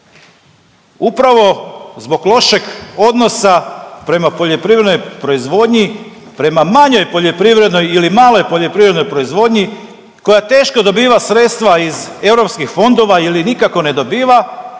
upravo zbog lošeg odnosa prema poljoprivrednoj proizvodnji, prema manjoj poljoprivrednoj ili maloj poljoprivrednoj proizvodnji koja teško dobiva sredstva iz europskih fondova ili nikako ne dobiva